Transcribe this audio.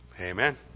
amen